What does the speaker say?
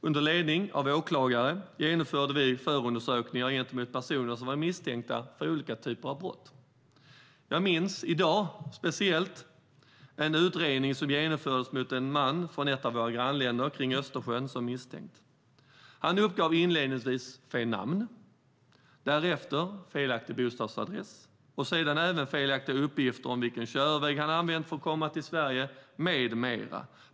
Under ledning av åklagare genomförde vi förundersökningar gentemot personer som var misstänkta för olika typer av brott. Jag minns i dag speciellt en utredning som genomfördes mot en man från ett av våra grannländer kring Östersjön som var misstänkt. Han uppgav inledningsvis fel namn, därefter felaktig bostadsadress och sedan även felaktiga uppgifter om vilken körväg han använt för att komma till Sverige, med mera.